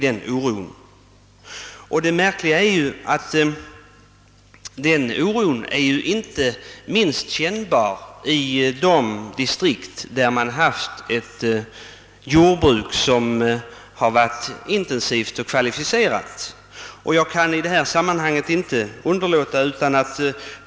Denna oro är för övrigt inte minst kännbar i de distrikt som haft ett kvalificerat jordbruk.